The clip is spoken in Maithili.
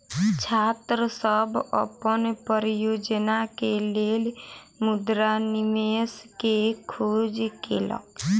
छात्र सभ अपन परियोजना के लेल मुद्रा निवेश के खोज केलक